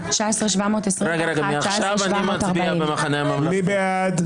18,821 עד 18,840. מי בעד?